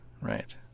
right